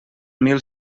mil